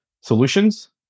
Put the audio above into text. solutions